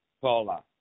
Paula